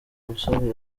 musore